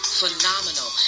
phenomenal